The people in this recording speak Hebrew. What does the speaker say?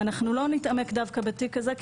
אנחנו לא נתעמק דווקא בתיק הזה.